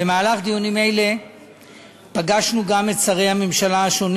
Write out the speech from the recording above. במהלך דיונים אלה פגשנו גם את שרי הממשלה השונים